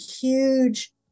huge